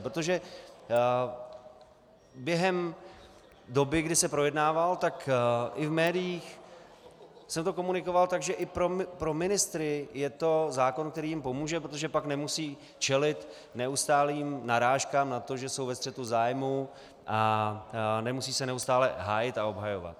Protože během doby, kdy se projednával, tak i v médiích se to komunikovalo tak, že i pro ministry je to zákon, který jim pomůže, protože pak nemusí čelit neustálým narážkám na to, že jsou ve střetu zájmů, a nemusí se neustále hájit a obhajovat.